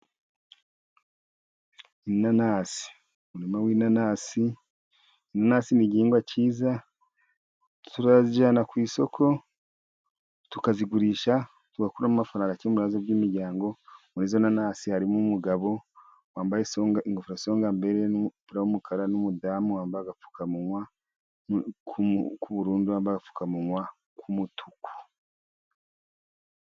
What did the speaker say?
Inanasi, umurimo w'inanasi , inanasi ni igihingwa cyiza. Tuzijyana ku isoko tukazigurisha, tugakuramo amafaranga akemura ibibazo by'imiryango. Muri izo nanasi harimo umugabo wambaye ingofero ya songa mbere n'umupira w'umukara, n'umudamu wambaye agapfukamunwa k'ubururu n'undi wambapfukamunwa k'umutuku.